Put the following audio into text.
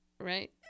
right